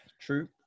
True